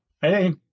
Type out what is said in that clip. Hey